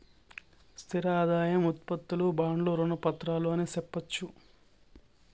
స్థిర ఆదాయం ఉత్పత్తులు బాండ్లు రుణ పత్రాలు అని సెప్పొచ్చు